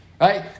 right